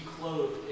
clothed